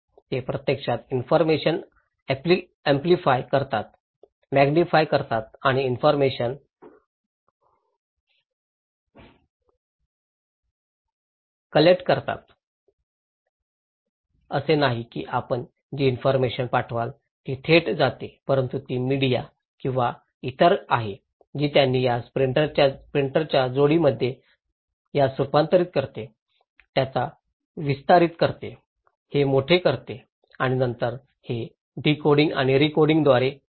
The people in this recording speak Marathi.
ते प्रत्यक्षात इन्फॉरमेशन ऍम्प्लिफाय करतात मॅग्निफाई करतात आणि इन्फॉरमेशन असेन्चुअट करतात असे नाही की आपण जी इन्फॉरमेशन पाठवाल ती थेट जाते परंतु ती मीडिया किंवा इतर आहे जी त्यांनी यास प्रिंटरच्या जोडीमध्ये यास रूपांतरित करते त्यास विस्तारित करते हे मोठे करते आणि नंतर हे डीकोडिंग आणि रीकोडिंगद्वारे येते